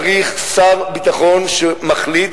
צריך שר ביטחון שמחליט,